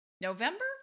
November